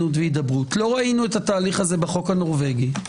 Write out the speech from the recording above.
לא ראינו את התהליך הזה בחוק הנורבגי,